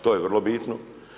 To je vrlo bitno.